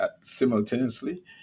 simultaneously